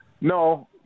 no –